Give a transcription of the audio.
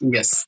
Yes